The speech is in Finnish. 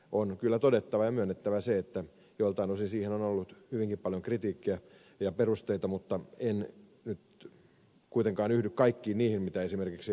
on kyllä todettava ja myönnettävä se että joiltain osin siihen on ollut hyvinkin paljon perusteita mutta en nyt kuitenkaan yhdy kaikkiin niihin mitä esimerkiksi ed